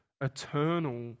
eternal